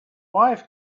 wife